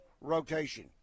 rotation